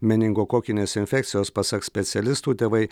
meningokokinės infekcijos pasak specialistų tėvai